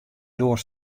doar